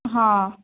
ହଁ